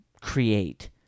create